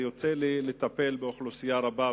יוצא לי לטפל באוכלוסייה רבה,